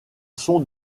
sont